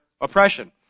oppression